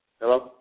Hello